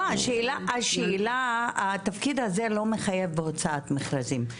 לא, התפקיד הזה לא מחייב בהוצאת מכרזים.